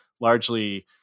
largely